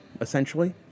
essentially